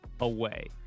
away